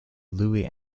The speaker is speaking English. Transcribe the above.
louis